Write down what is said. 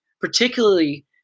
particularly